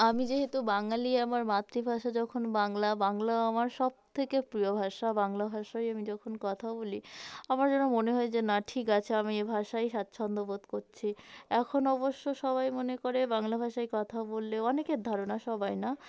আমি যেহেতু বাঙালি আমার মাতৃভাষা যখন বাংলা বাংলা আমার সবথেকে প্রিয় ভাষা বাংলা ভাষায় আমি যখন কথা বলি আমার যেন মনে হয় যে না ঠিক আছে আমি এ ভাষায়ই স্বাচ্ছন্দ্য বোধ করছি এখন অবশ্য সবাই মনে করে বাংলা ভাষায় কথা বললে অনেকের ধারণা সবাই না